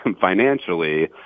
financially